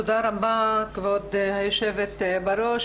תודה רבה כבוד יושבת הראש.